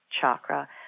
chakra